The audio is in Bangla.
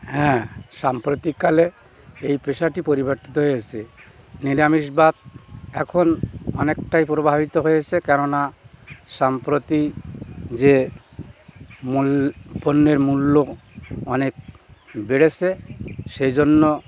হ্যাঁ সাম্প্রতিককালে এই পেশাটি পরিবর্তিত হয়েছে নিরামিষবাদ এখন অনেকটাই পূর্বাহিত হয়েছে কেননা সাম্প্রতি যে মূল পণ্যের মূল্য অনেক বেড়েছে সে জন্য